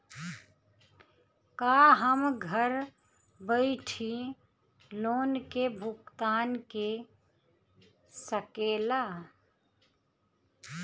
का हम घर बईठे लोन के भुगतान के शकेला?